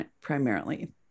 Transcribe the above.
primarily